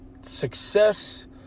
Success